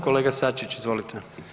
Kolega Sačić izvolite.